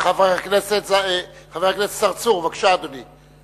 חבר הכנסת צרצור, בבקשה, אדוני.